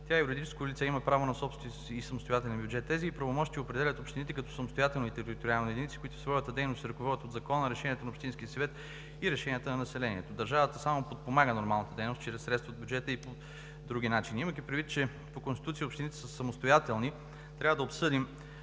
Тя е юридическо лице и има право на собственост и самостоятелен бюджет. Тези ѝ правомощия определят общините като самостоятелни териториални единици, които в своята дейност се ръководят от закона, решенията на общинския съвет и решенията на населението. Държавата само подпомага нормалната дейност на общините чрез средства от бюджета и по други начини. Имайки предвид, че по Конституция общините са самостоятелни, тъй като